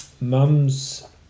mum's